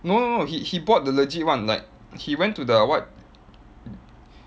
no no he he bought the legit one like he went to the what